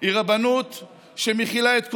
היא רבנות שמכילה את כולם.